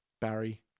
Barry